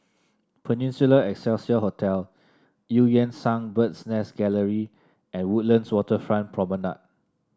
Peninsula Excelsior Hotel Eu Yan Sang Bird's Nest Gallery and Woodlands Waterfront Promenade